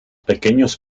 pequeños